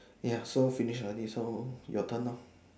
ya so finish already so your turn loh